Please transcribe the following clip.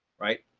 right.